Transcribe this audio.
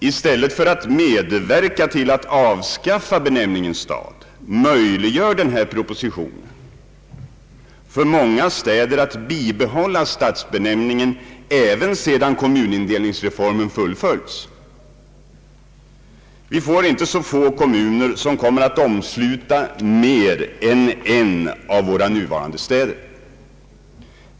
I stället för att medverka till att avskaffa benämningen stad möjliggör denna proposition för många städer att bibehålla stadsbenämningen även sedan kommunindelningsreformen fullföljts. Vi får inte så få kommuner som kommer att omsluta mer än en av våra nuvarande städer.